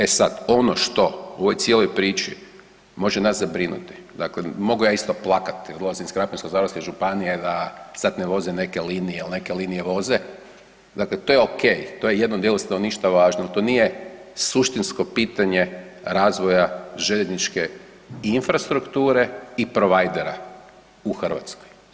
E sad ono što u ovoj cijeloj priči može nas zabrinuti, dakle mogu ja isto plakati jer dolazim iz Krapinsko-zagorske županije, da sad ne voze neke linije ili neke linije voze, dakle to je ok, to je jednom djelu stanovništva važno ali to nije suštinsko pitanje razvoja željezničke i infrastrukture i providera u Hrvatskoj.